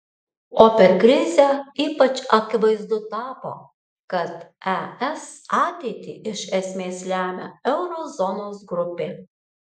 o per krizę ypač akivaizdu tapo kad es ateitį iš esmės lemia euro zonos grupė